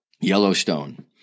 Yellowstone